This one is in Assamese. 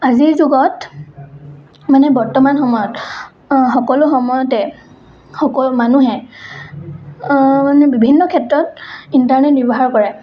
আজিৰ যুগত মানে বৰ্তমান সময়ত সকলো সময়তে সকলো মানুহে মানে বিভিন্ন ক্ষেত্ৰত ইণ্টাৰনেট ব্যৱহাৰ কৰে